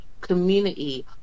community